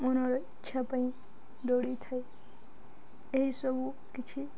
ମନର ଇଚ୍ଛା ପାଇଁ ଦୌଡ଼ଥାଏ ଏହିସବୁ କିଛି